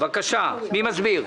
בקשה מס' 10-011 אושרה.